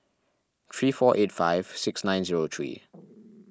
three four eight five six nine zero three